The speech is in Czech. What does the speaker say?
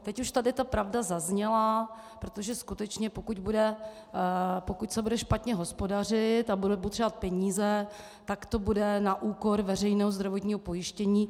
Teď už tady ta pravda zazněla, protože skutečně pokud se bude špatně hospodařit a budeme potřebovat peníze, tak to bude na úkor veřejného zdravotního pojištění.